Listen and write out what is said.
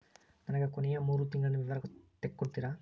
ನನಗ ಕೊನೆಯ ಮೂರು ತಿಂಗಳಿನ ವಿವರ ತಕ್ಕೊಡ್ತೇರಾ?